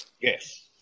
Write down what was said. Yes